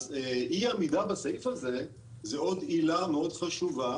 אז אי עמידה בסעיף הזה זה עוד עילה מאוד חשובה